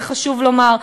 זה חשוב לומר,